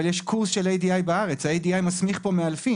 אבל יש בארץ קורס של ADI. ה-ADI מסמיך כאן מאלפים.